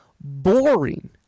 boring